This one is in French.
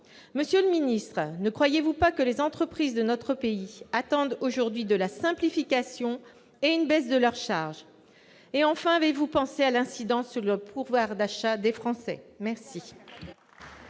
Monsieur le ministre, ne croyez-vous pas que les entreprises de notre pays attendent aujourd'hui de la simplification et une baisse de leurs charges ? Enfin, avez-vous pensé à l'incidence de cette réforme sur le pouvoir d'achat des Français ? Vous